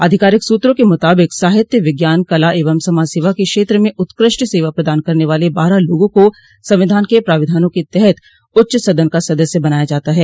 आधिकारिक सूत्रों के मुताबिक साहित्य विज्ञान कला एवं समाज सेवा के क्षेत्र में उत्कृष्ट सेवा प्रदान करने वाले बारह लोगों को संविधान के प्राविधानों के तहत उच्च सदन का सदस्य बनाया जाता है